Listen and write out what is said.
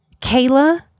kayla